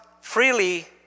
freely